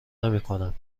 نمیکنم